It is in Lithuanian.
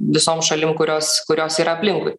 visom šalim kurios kurios yra aplinkui